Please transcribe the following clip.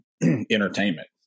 entertainment